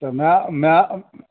तऽ माइ माइ